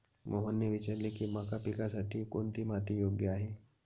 मोहनने विचारले की मका पिकासाठी कोणती माती योग्य आहे?